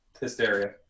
hysteria